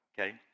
Okay